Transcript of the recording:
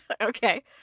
Okay